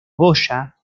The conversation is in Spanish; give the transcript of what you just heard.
goya